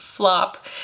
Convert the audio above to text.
flop